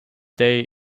day